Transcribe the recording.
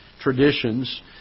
traditions